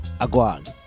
Aguan